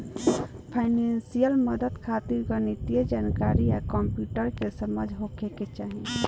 financial मदद खातिर गणितीय जानकारी आ कंप्यूटर के समझ होखे के चाही